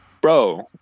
bro